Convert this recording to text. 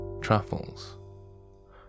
truffles